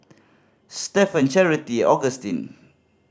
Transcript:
Stephen Charity Augustin